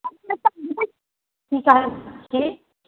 अपने सब बुझै छियै की चाहै छी की